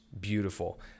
beautiful